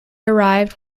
arrived